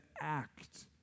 act